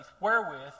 wherewith